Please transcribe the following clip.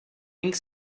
ink